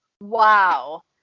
Wow